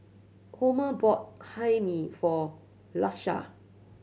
Homer bought Hae Mee for Lakesha